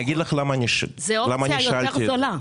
זו האופציה היותר זולה.